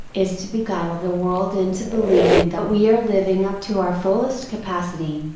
is to beguile the world into believing that we are living up to our fullest capacity.